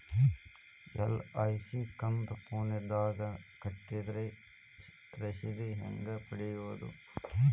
LIC ಕಂತು ಫೋನದಾಗ ಕಟ್ಟಿದ್ರ ರಶೇದಿ ಹೆಂಗ್ ಪಡೆಯೋದು?